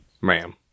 Ma'am